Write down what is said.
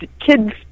Kids